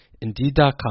Indeed.com